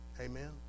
Amen